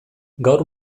gaur